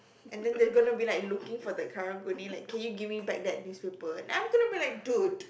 and then they're gonna be like looking for the karang-guni like can you give me back that newspaper and I'm gonna be like dude